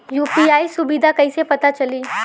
UPI सुबिधा कइसे पता चली?